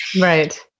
Right